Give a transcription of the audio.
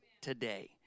today